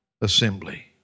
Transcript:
assembly